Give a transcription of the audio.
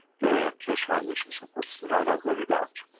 the keshe foundation supporters in iran are very large.